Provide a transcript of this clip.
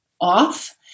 off